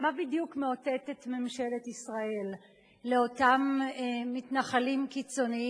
מה בדיוק מאותתת ממשלת ישראל לאותם מתנחלים קיצונים,